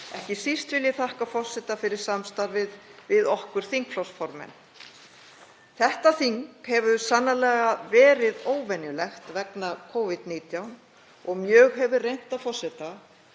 Ekki síst vil ég þakka forseta fyrir samstarfið við okkur þingflokksformenn. Þetta þing hefur sannarlega verið óvenjulegt vegna Covid-19 og mjög hefur reynt á forseta